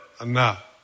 enough